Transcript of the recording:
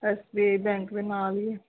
S B I bank ਦੇ ਨਾਲ ਹੀ ਆ